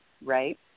right